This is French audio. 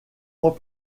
mois